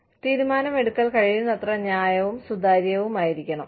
കൂടാതെ തീരുമാനമെടുക്കൽ കഴിയുന്നത്ര ന്യായവും സുതാര്യവുമായിരിക്കണം